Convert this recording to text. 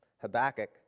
Habakkuk